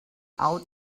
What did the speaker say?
out